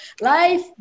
Life